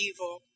evil